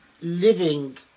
living